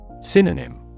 Synonym